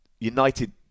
United